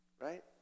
Right